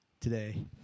today